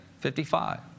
55